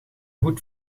goed